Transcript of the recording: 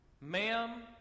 Ma'am